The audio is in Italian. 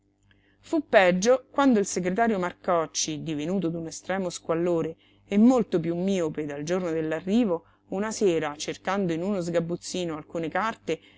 fu peggio quando il segretario marcocci divenuto d'un estremo squallore e molto piú miope dal giorno dell'arrivo una sera cercando in uno sgabuzzino alcune carte